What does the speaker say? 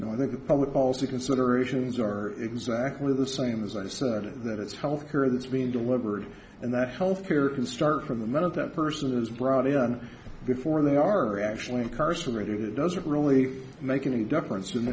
and i think the public policy considerations are exactly the same as i said that it's health care that's been delivered and that health care can start from the minute that person has brought it on before they are actually incarcerated it doesn't really make any difference